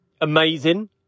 amazing